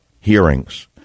hearings